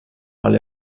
mal